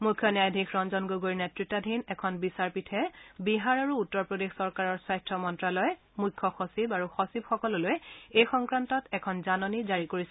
মুখ্য ন্যায়াধীশ ৰঞ্জন গগৈৰ নেতত্বাধীন এখন বিচাৰপীঠে বিহাৰ আৰু উত্তৰ প্ৰদেশ চৰকাৰৰ স্বাস্থ্য মন্ত্যালয় মুখ্য সচিব আৰু সচিব সকললৈ এই সংক্ৰান্তত এখন জাননী জাৰি কৰিছে